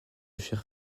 chair